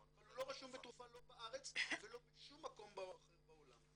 אבל הוא לא רשום כתרופה לא בארץ ולא בשום מקום אחר בעולם,